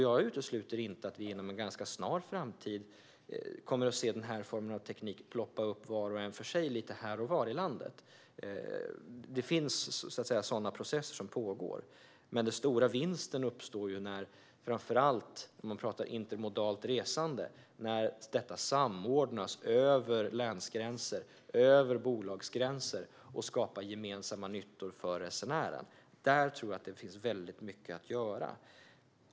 Jag utesluter inte att vi inom en snar framtid kommer att se dessa former av teknik ploppa upp var och en för sig lite här och var i landet. Det finns pågående processer. Den stora vinsten uppstår, om man talar om intermodalt resande, när detta resande samordnas över länsgränser och bolagsgränser och skapar gemensamma nyttor för resenären. Där finns mycket att göra.